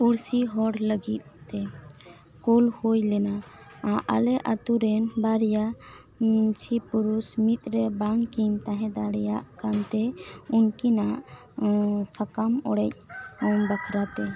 ᱯᱩᱲᱥᱤ ᱦᱚᱲ ᱞᱟᱹᱜᱤᱫ ᱛᱮ ᱠᱩᱞ ᱦᱩᱭ ᱞᱮᱱᱟ ᱟᱞᱮ ᱟᱹᱛᱩ ᱨᱮᱱ ᱵᱟᱨᱭᱟ ᱥᱤ ᱯᱩᱨᱩᱥ ᱢᱤᱫ ᱨᱮ ᱵᱟᱝᱠᱤᱱ ᱛᱟᱦᱮᱸ ᱫᱟᱲᱮᱭᱟᱜ ᱠᱟᱱᱛᱮ ᱩᱱᱠᱤᱱᱟᱜ ᱥᱟᱠᱟᱢ ᱚᱲᱮᱡ ᱵᱟᱠᱷᱨᱟᱛᱮ